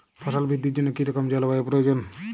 ফসল বৃদ্ধির জন্য কী রকম জলবায়ু প্রয়োজন?